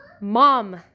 mom